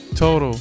Total